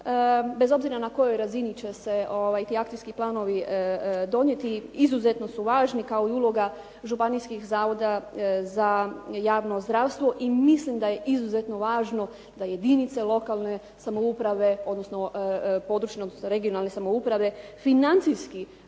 bez obzira na kojoj razini će se ti akcijski planovi donijeti, izuzetno su važni kao i uloga županijskih zavoda za javno zdravstvo i mislim da je izuzetno važno da jedinice lokalne samouprave, odnosno područne regionalne samouprave financijski